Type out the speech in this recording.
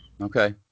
Okay